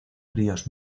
ríos